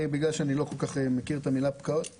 כי אני לא כל כך מכיר את המילה פקעות,